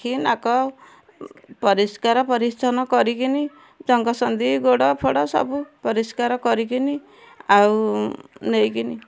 ଆଖି ନାକ ପରିଷ୍କାର ପରିଚ୍ଛନ୍ନ କରିକିନି ଜଙ୍ଘ ସନ୍ଧି ଗୋଡ଼ ଫୋଡ଼ ସବୁ ପରିଷ୍କାର କରିକିନି ଆଉ ନେଇକିନି